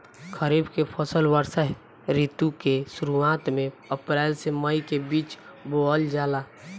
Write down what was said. खरीफ के फसल वर्षा ऋतु के शुरुआत में अप्रैल से मई के बीच बोअल जाला